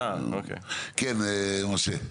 כן משה?